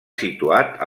situat